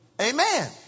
Amen